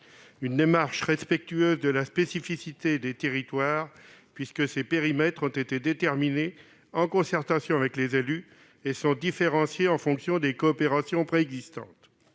est aussi respectueuse de la spécificité des territoires, car ces périmètres ont été déterminés en concertation avec les élus et sont différenciés en fonction des coopérations préexistantes.